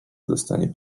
dostanie